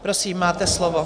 Prosím, máte slovo.